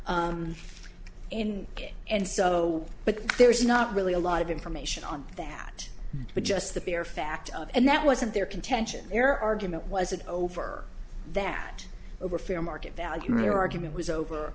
in it and so but there's not really a lot of information on that but just the bare fact and that wasn't their contention air argument wasn't over that over fair market value their argument was over